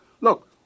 Look